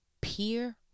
peer